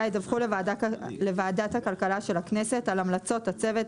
ידווחו לוועדת הכלכלה של הכנסת על המלצות הצוות